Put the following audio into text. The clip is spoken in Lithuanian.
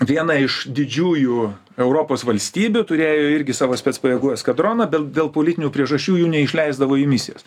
viena iš didžiųjų europos valstybių turėjo irgi savo specpajėgų eskadroną bel dėl politinių priežasčių jų neišleisdavo į misijas